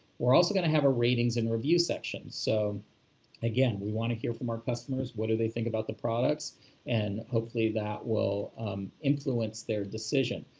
we're also going to have a ratings and review section, so again, we want to hear from our customers what do they think about the products and hopefully that will influence their decision.